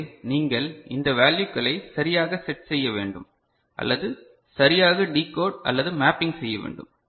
எனவே நீங்கள் இந்த வெல்யூக்ககளை சரியாக செட் செய்ய வேண்டும் அல்லது சரியாக டீகோட் அல்லது மேப்பிங் செய்ய வேண்டும்